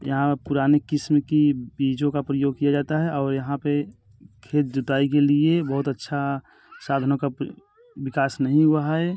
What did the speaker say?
यहाँ पुराने क़िस्म के बीजों का प्रयोग किया जाता है और यहाँ पर खेत जोताई के लिए बहुत अच्छा साधनों का विकास नहीं हुआ है